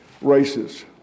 races